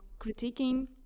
critiquing